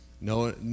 No